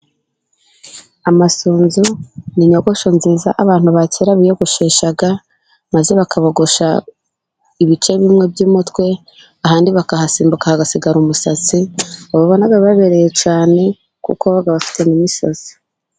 Amasunzu ni inyogosho nziza abantu ba kera biyogosheshaga, maze bakabogosha ibice bimwe by'umutwe, ahandi bakahasimbuka hagasigara umusatsi. Wabonaga bibabereye cyane kuko baba bafite n'imisatsi.